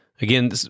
Again